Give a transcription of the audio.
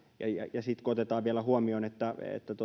ja sitten kun otetaan vielä huomioon että